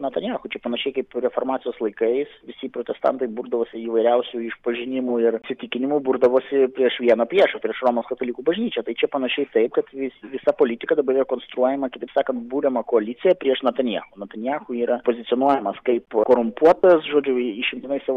netanjachu čia panašiai kaip reformacijos laikais visi protestantai burdavos į įvairiausių išpažinimų ir įsitikinimų burdavosi prieš vieną priešą prieš romos katalikų bažnyčią tai čia panašiai taip kad vis visa politika dabar yra konstruojama kitaip sakant buriama koalicija prieš netanjachu netanjachu yra pozicionuojamas kaip korumpuotas žodžiu išimtinai savo